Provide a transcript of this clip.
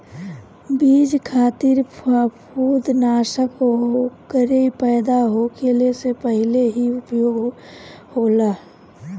बीज खातिर फंफूदनाशक ओकरे पैदा होखले से पहिले ही उपयोग होला